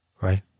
right